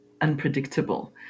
unpredictable